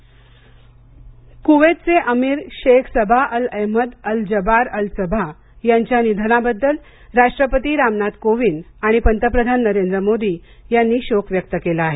पंतप्रधान शोकसंदेश कुवेतचे अमीर Sheikh Sabah Al Ahmad Al Jaber Al Sabah यांच्या निधनाबद्दल राष्ट्रपती रामनाथ कोविंद आणि पंतप्रधान नरेंद्र मोदी यांनी शोक व्यक्त केला आहे